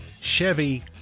Chevy